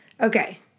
Okay